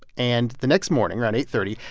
and the next morning, around eight thirty,